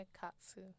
katsu